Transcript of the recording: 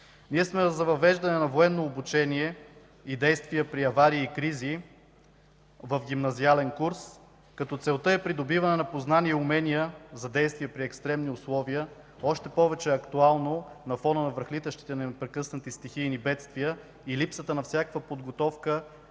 Ние сме за въвеждане на военно обучение и действие при аварии и кризи в гимназиален курс, като целта е придобиване на познания и умения за действие при екстремни условия, още повече актуално на фона на връхлитащите ни непрекъснати стихийни бедствия и липсата на всякаква подготовка